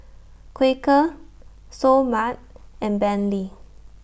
Quaker Seoul Mart and Bentley